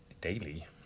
daily